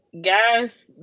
guys